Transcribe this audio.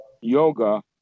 yoga